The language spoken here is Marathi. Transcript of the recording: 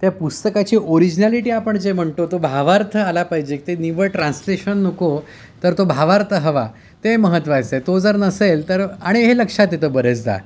त्या पुस्तकाची ओरिजिनॅलिटी आपण जे म्हणतो तो भावार्थ आला पाहिजे ते निवड ट्रान्सलेशन नको तर तो भावार्थ हवा ते महत्त्वाचं आहे तो जर नसेल तर आणि हे लक्षात येतं बरेचदा